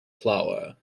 flour